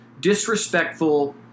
disrespectful